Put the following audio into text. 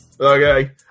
Okay